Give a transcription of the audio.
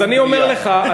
אז אני אומר לך,